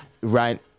right